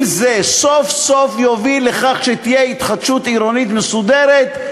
אם זה סוף-סוף יוביל לכך שתהיה התחדשות עירונית מסודרת,